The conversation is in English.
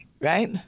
right